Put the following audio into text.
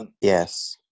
Yes